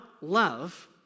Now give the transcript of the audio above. love